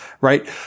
right